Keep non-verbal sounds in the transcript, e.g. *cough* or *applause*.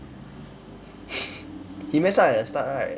*laughs* he mess up at the start right